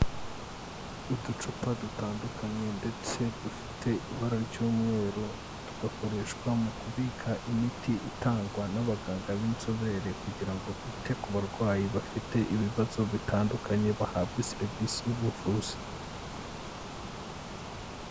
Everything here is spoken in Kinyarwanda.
Uducupa dutandukanye ndetse dufite ibara ry'umweru tugakoreshwa mu kubika imiti itangwa n'abaganga b'inzobere kugira ngo bite ku barwayi bafite ibibazo bitandukanye bahabwa serivisi y'ubuvuzi.